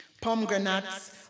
pomegranates